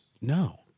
No